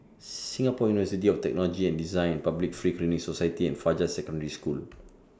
Singapore University of Technology and Design Public Free Clinic Society and Fajar Secondary School